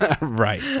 right